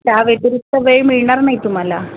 त्या व्यतिरिक्त वेळ मिळणार नाही तुम्हाला